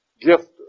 gift